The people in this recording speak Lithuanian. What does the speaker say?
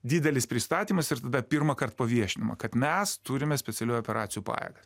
didelis pristatymas ir tada pirmąkart paviešinima kad mes turime specialiųjų operacijų pajėgas